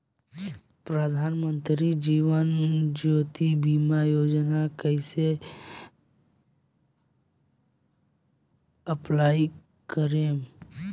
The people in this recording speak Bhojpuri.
प्रधानमंत्री जीवन ज्योति बीमा योजना कैसे अप्लाई करेम?